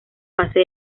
fase